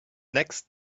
next